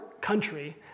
country